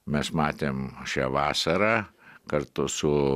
mes matėm šią vasarą kartu su